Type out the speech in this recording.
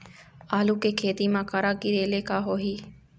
आलू के खेती म करा गिरेले का होही?